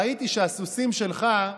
ראיתי שהסוסים שלך,